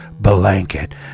Blanket